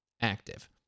active